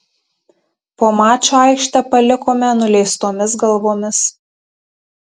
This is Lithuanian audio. po mačo aikštę palikome nuleistomis galvomis